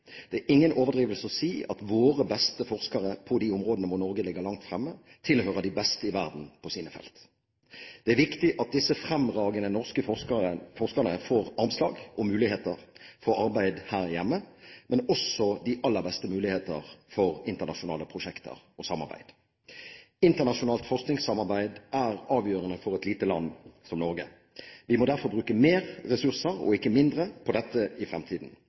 Det er ingen overdrivelse å si at våre beste forskere på de områdene hvor Norge ligger langt fremme, tilhører de beste i verden på sine felt. Det er viktig at disse fremragende norske forskerne får armslag og muligheter for arbeid her hjemme, men også de aller beste muligheter for internasjonale prosjekter og samarbeid. Internasjonalt forskningssamarbeid er avgjørende for et lite land som Norge. Vi må derfor bruke mer ressurser, ikke mindre, på dette i fremtiden.